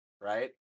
right